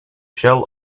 shell